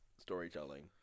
storytelling